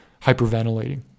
hyperventilating